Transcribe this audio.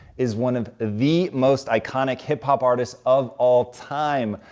is one of the most iconic hip hop artists of all time.